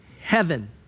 heaven